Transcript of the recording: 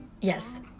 yes